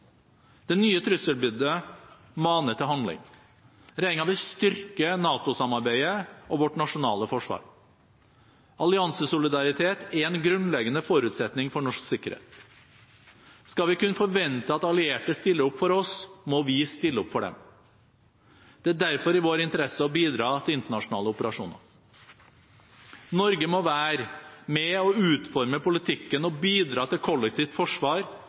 Det nye trusselbildet maner til handling. Regjeringen vil styrke NATO-samarbeidet og vårt nasjonale forsvar. Alliansesolidaritet er en grunnleggende forutsetning for norsk sikkerhet. Skal vi kunne forvente at allierte stiller opp for oss, må vi stille opp for dem. Det er derfor i vår interesse å bidra til internasjonale operasjoner. Norge må være med og utforme politikken og bidra til kollektivt forsvar,